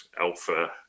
alpha